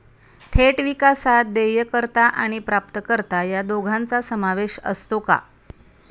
थेट विकासात देयकर्ता आणि प्राप्तकर्ता या दोघांचा समावेश असतो का?